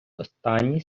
останні